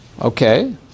Okay